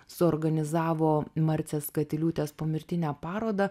suorganizavo marcės katiliūtės pomirtinę paroda